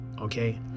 okay